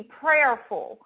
prayerful